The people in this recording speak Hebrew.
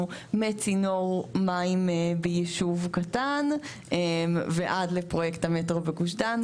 מצינור מים ביישוב קטן ועד לפרויקט המטרו בגוש דן.